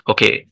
Okay